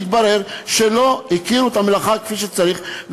התברר שלא הכירו את המלאכה כפי שצריך,